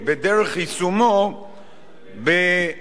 בהחלטות של המועצות הדתיות,